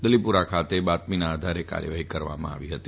દલીપોરા ગામે બાતમીના આધારે કાર્યવાફી કરવામાં આવી ફતી